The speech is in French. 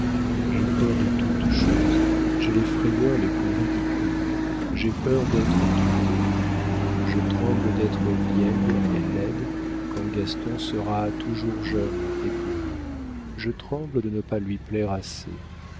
j'ai peur de toute chose j'ai les frayeurs les plus ridicules j'ai peur d'être quittée je tremble d'être vieille et laide quand gaston sera toujours jeune et beau je tremble de ne pas lui plaire assez